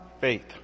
faith